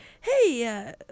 hey